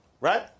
right